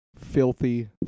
Filthy